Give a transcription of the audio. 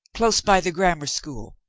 close by the grammar school.